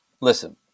Listen